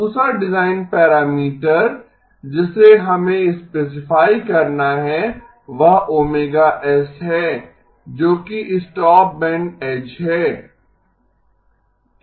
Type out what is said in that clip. दूसरा design parameter जिसे हमें स्पेसिफाई करना है वह ओमेगा एस है जो कि स्टॉपबैंड एज है